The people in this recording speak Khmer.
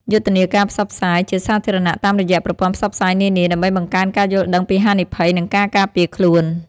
យុទ្ធនាការផ្សព្វផ្សាយជាសាធារណៈតាមរយៈប្រព័ន្ធផ្សព្វផ្សាយនានា ដើម្បីបង្កើនការយល់ដឹងពីហានិភ័យ និងការការពារខ្លួន។